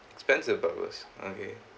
expensive but was okay